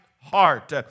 heart